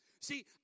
See